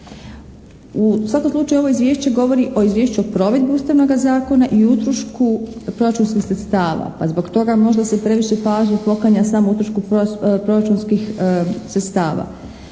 U svakom slučaju ovo izvješće govori o izvješću o provedbi ustavnoga zakona i utrošku proračunskih sredstava pa zbog toga možda se previše pažnje poklanja samo utrošku proračunskih sredstava.